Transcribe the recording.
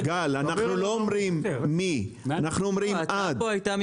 גל, גל, אנחנו לא אומרים מי, אנחנו אומרים עד.